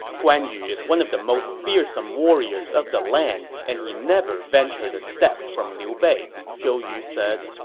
guan yu is one of the most fearsome warriors of the land, and he never ventured a step from liu bei, zhou yu said.